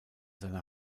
seine